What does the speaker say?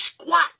squat